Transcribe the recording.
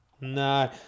No